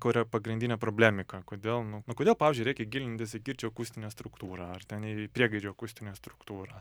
kur pagrindinė problemika kodėl nu nu kodėl pavyzdžiui reikia gilintis į kirčo akustinę struktūrą ar ten į priegaidžių akustinę struktūrą